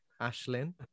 Ashlyn